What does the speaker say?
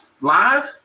live